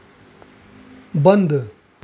बंद